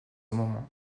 moment